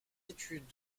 études